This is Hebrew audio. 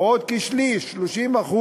בעוד כשליש, 30%,